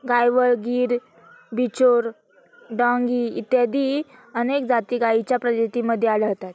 गायवळ, गीर, बिचौर, डांगी इत्यादी अनेक जाती गायींच्या प्रजातींमध्ये आढळतात